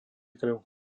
krv